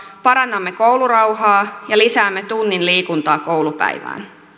parannamme koulurauhaa ja lisäämme tunnin liikuntaa koulupäivään